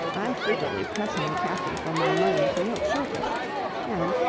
i frequently pressing the captain for my money to no purpose and,